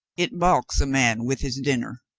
it balks a man with his dinner.